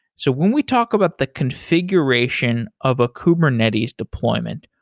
so when we talk about the configuration of a kubernetes deployment,